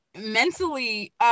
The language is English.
mentally